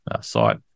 site